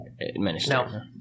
No